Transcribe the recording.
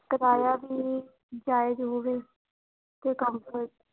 ਕਿਰਾਇਆ ਵੀ ਜਾਇਜ਼ ਹੋਵੇ ਅਤੇ ਕੰਫਰਟ